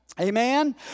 amen